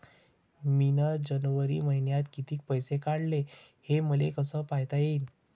मिन जनवरी मईन्यात कितीक पैसे काढले, हे मले कस पायता येईन?